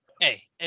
Hey